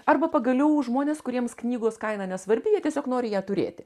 arba pagaliau žmonės kuriems knygos kaina nesvarbi jie tiesiog nori ją turėti